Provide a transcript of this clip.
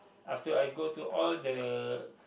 after I go to all the